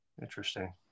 Interesting